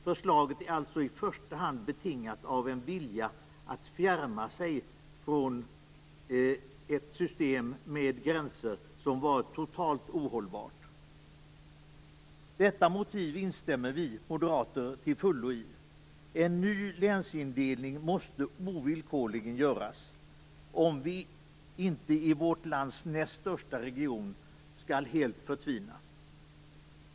Förslaget är alltså i första hand betingat av en vilja att fjärma sig från ett system med gränser som varit totalt ohållbart. Detta motiv instämmer vi moderater till fullo i. En ny länsindelning måste ovillkorligen göras om vi inte i vårt lands näst största region helt skall förtvina.